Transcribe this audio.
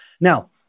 Now